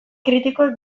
kritikoek